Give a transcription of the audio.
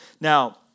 Now